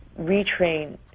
retrain